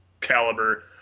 caliber